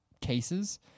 cases